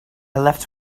left